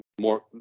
more